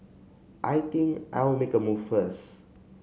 I think I'll make a move first